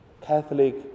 Catholic